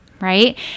right